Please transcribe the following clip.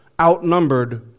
outnumbered